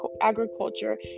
agriculture